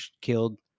killed